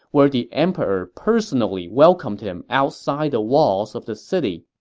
where the emperor personally welcomed him outside the walls of the city.